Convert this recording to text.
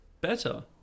better